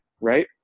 right